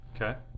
Okay